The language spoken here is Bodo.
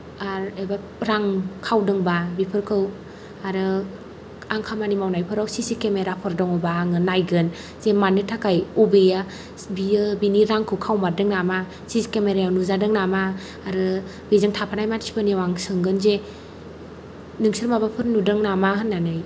आरो एबा रां खावदोंबा बेफोरखौ आरो आं खामानि मावनायफोराव सिसि केमेराफोर दङबा आङो नायगोन जे मानि थाखाय अबेया बियो बिनि रांखौ खावमारदों नामा सिसि केमेरायाव नुजादों नामा आरो बेजों थाफानाय मानसिफोरनियाव आं सोंगोन जे नोंसोर माबाफोर नुदों नामा होननानै